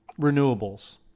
renewables